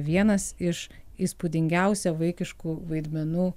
vienas iš įspūdingiausią vaikiškų vaidmenų